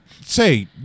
say